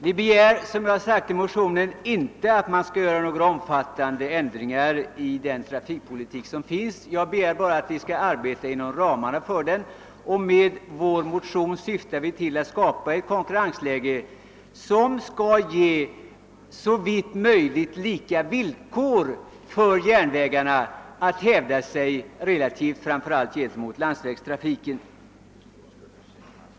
Vi begär, som vi har sagt i vår motion, inte att man skall företa några omfattande ändringar i den trafikpolitik som förs; vi begär bara att man skall arbeta inom ramarna för den. Med vår motion syftar vi till att skapa ett konkurrensläge som skall ge järnvägarna möjlighet att hävda sig på lika villkor framför allt gentemot landsvägstrafiken.